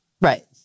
Right